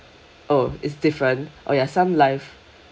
oh it's different oh ya some life